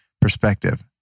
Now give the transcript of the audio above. perspective